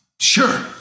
Sure